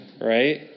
Right